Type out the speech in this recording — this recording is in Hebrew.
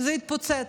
זה התפוצץ.